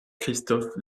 christophe